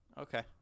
Okay